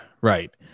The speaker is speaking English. right